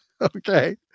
Okay